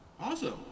Awesome